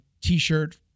T-shirt